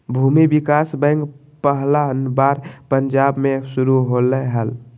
भूमि विकास बैंक पहला बार पंजाब मे शुरू होलय हल